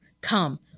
Come